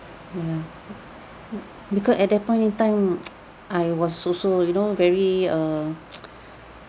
yeah because at that point in time I was also you know very err